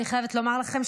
אני חייבת לומר לכם,